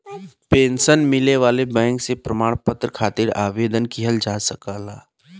pension मिले वाले bank से प्रमाण पत्र खातिर आवेदन किहल जा सकला